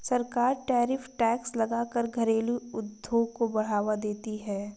सरकार tariff tax लगा कर घरेलु उद्योग को बढ़ावा देती है